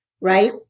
right